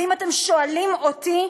ואם אתם שואלים אותי,